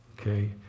Okay